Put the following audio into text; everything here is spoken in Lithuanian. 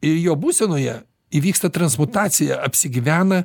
ir jo būsenoje įvyksta transmutacija apsigyvena